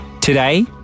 Today